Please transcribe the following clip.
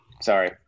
Sorry